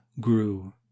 grew